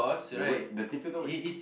the word the typical word